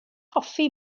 hoffi